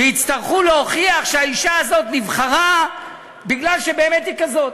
ויצטרכו להוכיח שהאישה הזאת נבחרה מפני שבאמת היא כזאת.